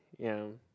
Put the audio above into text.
ya